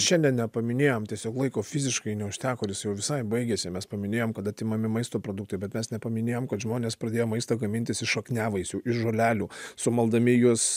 šiandien nepaminėjom tiesiog laiko fiziškai neužteko ir jis jau visai baigiasi mes paminėjom kad atimami maisto produktai bet mes nepaminėjom kad žmonės pradėjo maistą gamintis iš šakniavaisių iš žolelių sumaldami juos